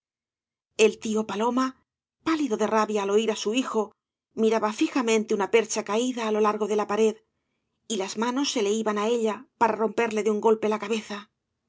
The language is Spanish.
el tío paloma pálido de rabia al oir á su hijo miraba fijamente una percha caída á lo largo de la pared y las manos se le iban á ella para romperle de un golpe la cabeza